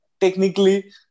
Technically